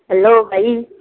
hello भाई